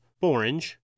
Orange